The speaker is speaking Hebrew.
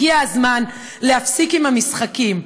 הגיע הזמן להפסיק עם המשחקים.